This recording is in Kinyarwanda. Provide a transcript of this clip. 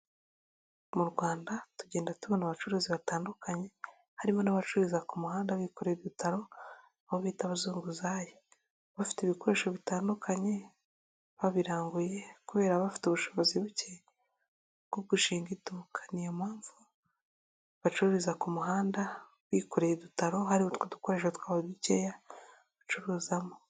Mu Rwanda tugenda tubona abacuruzi batandukanye harimo n'abacururiza ku muhanda bikorewe ibitaro abo bita abazunguzayi, bafite ibikoresho bitandukanye babiranguye kubera bafite ubushobozi buke bwo gushinga idukani, ni iyo mpamvu bacururiza ku muhanda bikoreye udutaro hariho utwo dukoresho twabo dukeya bacururizamo.